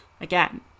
Again